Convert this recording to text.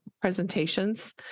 presentations